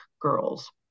girls